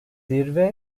zirve